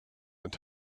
and